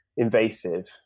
invasive